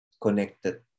Connected